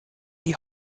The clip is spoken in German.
die